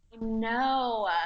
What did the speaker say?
no